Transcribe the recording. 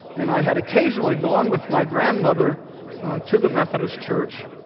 and i had occasionally gone with my grandmother to the methodist church.